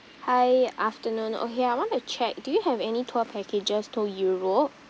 hi afternoon okay I want to check do you have any tour packages to europe